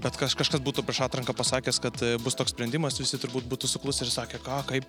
bet kas kažkas būtų prieš atranką pasakęs kad bus toks sprendimas visi turbūt būtų suklusę ir sakę ką kaip